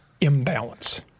imbalance